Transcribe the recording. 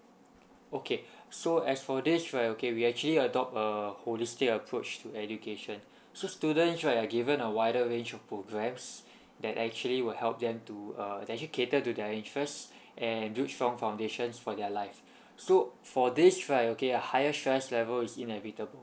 okay so as for this right okay we actually adopt a holistic approach to education so students right are given a wider range of programs that actually will help them to uh that actually catered to their interests and build strong foundations for their life so for this right okay a higher stress level is inevitable